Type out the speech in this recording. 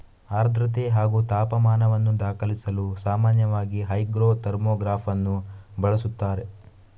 ಆರ್ದ್ರತೆ ಹಾಗೂ ತಾಪಮಾನವನ್ನು ದಾಖಲಿಸಲು ಸಾಮಾನ್ಯವಾಗಿ ಹೈಗ್ರೋ ಥರ್ಮೋಗ್ರಾಫನ್ನು ಬಳಸುತ್ತಾರೆ